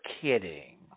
kidding